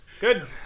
Good